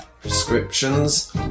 prescriptions